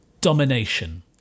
domination